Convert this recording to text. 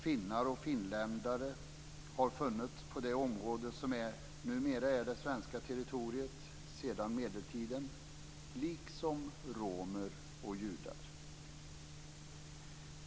Finnar och finländare har funnits på det område som numera är det svenska territoriet sedan medeltiden - liksom romer och judar.